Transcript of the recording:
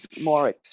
more